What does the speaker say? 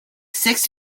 six